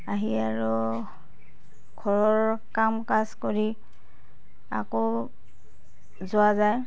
আহি আৰু ঘৰৰ কাম কাজ কৰি আকৌ যোৱা যায়